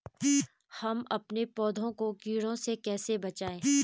हम अपने पौधों को कीटों से कैसे बचाएं?